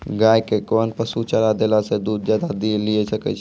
गाय के कोंन पसुचारा देला से दूध ज्यादा लिये सकय छियै?